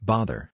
Bother